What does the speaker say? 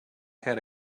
had